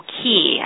key